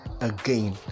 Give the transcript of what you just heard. again